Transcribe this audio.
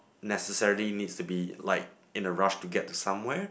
necessary needs to be like in a rush to get to somewhere